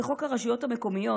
בחוק הרשויות המקומיות,